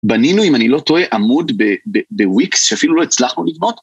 בנינו, אם אני לא טועה, עמוד ב.. ב.. בוויקס, שאפילו לא הצלחנו לבנות.